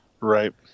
Right